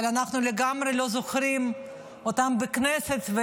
אבל אנחנו לגמרי לא זוכרים אותם בכנסת,